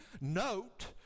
note